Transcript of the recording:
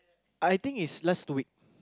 I think is last two week